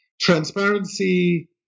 transparency